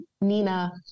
Nina